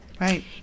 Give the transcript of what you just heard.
Right